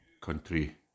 country